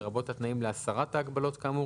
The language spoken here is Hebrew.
לרבות התנאים להסרת ההגבלות כאמור,